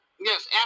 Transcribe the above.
yes